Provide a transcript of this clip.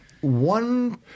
One